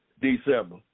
December